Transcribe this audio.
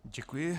Děkuji.